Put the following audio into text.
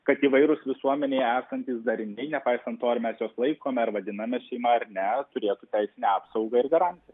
kad įvairūs visuomenėje esantys dariniai nepaisant to ar mes juos laikome ar vadiname šeima ar ne turėtų teisinę apsaugą ir garantiją